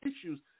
issues